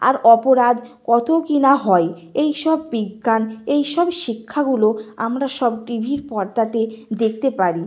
আর অপরাধ কত কী না হয় এই সব বিজ্ঞান এই সব শিক্ষাগুলো আমরা সব টিভির পর্দাতে দেখতে পারি